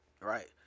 Right